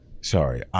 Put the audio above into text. sorry